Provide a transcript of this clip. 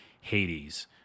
Hades